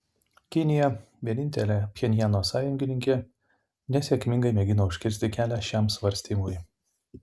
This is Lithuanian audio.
kinija vienintelė pchenjano sąjungininkė nesėkmingai mėgino užkirsti kelią šiam svarstymui